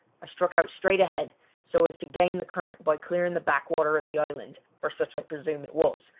i struck out straight ahead so as to gain the current by clearing the backwater of the island, for such i presume it was,